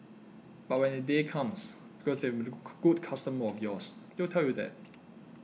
but when that day comes because they have been a good customer of yours they will tell you that